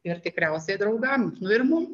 ir tikriausiai draugam nu ir mum